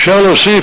אפשר להוסיף,